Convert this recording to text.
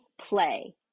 play